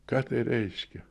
ką tai reiškia